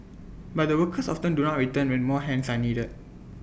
but the workers often do not return when more hands are needed